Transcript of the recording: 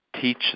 teach